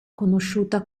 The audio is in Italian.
conosciuta